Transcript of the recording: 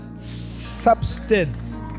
substance